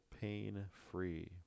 Pain-Free